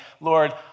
Lord